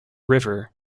river